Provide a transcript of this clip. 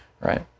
right